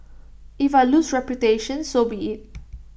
if I lose reputation so be IT